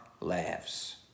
laughs